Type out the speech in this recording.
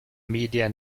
media